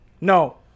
No